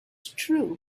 true